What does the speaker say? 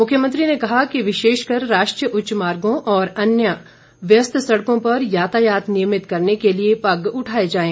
मुख्यमंत्री ने कहा कि विशेषकर राष्ट्रीय उच्च मार्गों और अन्य व्यस्त सड़कों पर यातायात नियमित करने के लिए पग उठाए जाएं